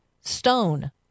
stone